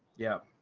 yeah.